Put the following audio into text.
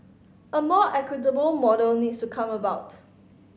a more equitable model needs to come about